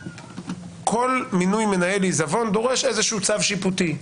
כל מינוי של מנהל עיזבון דורש איזשהו צו שיפוטי.